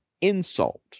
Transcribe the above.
insult